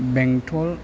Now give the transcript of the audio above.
बेंतल